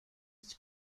its